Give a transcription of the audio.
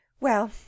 Well